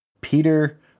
Peter